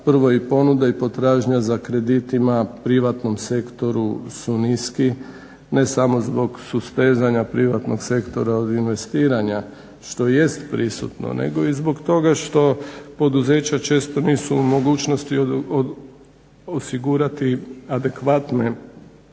Prvo i ponuda i potražnja za kreditima privatnom sektoru su niski ne samo zbog sustezanja privatnog sektora od investiranja što jest prisutno nego i zbog toga što poduzeća često nisu u mogućnosti osigurati adekvatne kolaterale